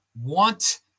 want